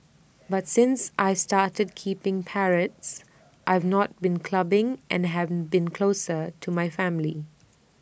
but since I started keeping parrots I've not been clubbing and haven been closer to my family